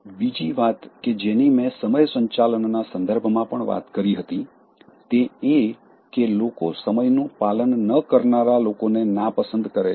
બીજી વાત કે જેની મેં સમય સંચાલનના સંદર્ભમાં પણ વાત કરી હતી તે એ કે લોકો સમયનું પાલન ન કરનારા લોકોને નાપસંદ કરે છે